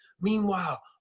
Meanwhile